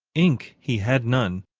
ink he had none,